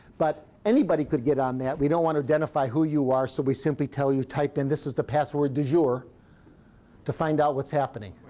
but anybody could get on that. we don't want to identify who you are, so we simply tell you type in this is the password de jure to find out what's happening.